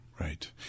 Right